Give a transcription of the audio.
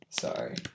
sorry